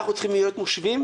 אנחנו צריכים להיות מושווים,